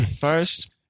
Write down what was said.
first